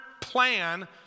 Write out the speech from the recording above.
plan